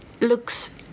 looks